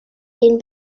den